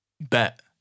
Bet